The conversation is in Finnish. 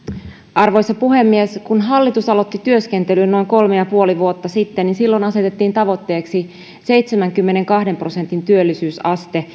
arvoisa puhemies kun hallitus aloitti työskentelyn noin kolme ja puoli vuotta sitten silloin asetettiin tavoitteeksi seitsemänkymmenenkahden prosentin työllisyysaste